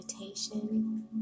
meditation